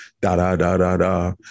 da-da-da-da-da